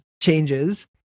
changes